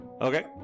Okay